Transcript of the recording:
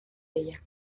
ella